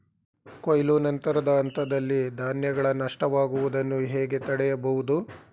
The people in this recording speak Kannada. ಕೊಯ್ಲು ನಂತರದ ಹಂತದಲ್ಲಿ ಧಾನ್ಯಗಳ ನಷ್ಟವಾಗುವುದನ್ನು ಹೇಗೆ ತಡೆಯಬಹುದು?